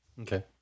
Okay